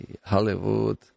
Hollywood